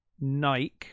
Nike